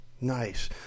Nice